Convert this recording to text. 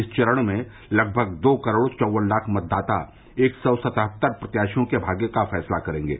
इस चरण में लगभग दो करोड़ चौवन लाख मतदाता एक सौ सतहत्तर प्रत्याशियों के भाग्य का फैसला करेंगे